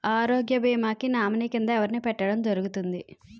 ఆరోగ్య భీమా కి నామినీ కిందా ఎవరిని పెట్టడం జరుగతుంది?